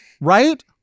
right